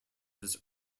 his